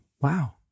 wow